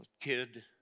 kid